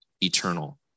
eternal